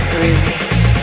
release